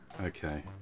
Okay